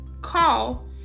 call